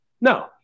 No